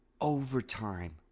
Overtime